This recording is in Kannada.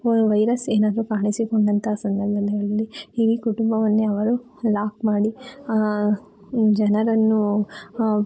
ವೈ ವೈರಸ್ ಏನಾದರೂ ಕಾಣಿಸಿಕೊಂಡಂತಹ ಸಂದರ್ಭದಲ್ಲಿ ಇಡೀ ಕುಟುಂಬವನ್ನೇ ಅವರು ಲಾಕ್ ಮಾಡಿ ಜನರನ್ನು